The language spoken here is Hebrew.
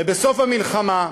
ובסוף המלחמה,